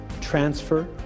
transfer